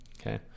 okay